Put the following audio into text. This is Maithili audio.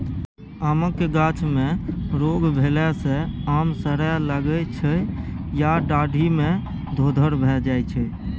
आमक गाछ मे रोग भेला सँ आम सरय लगै छै या डाढ़ि मे धोधर भए जाइ छै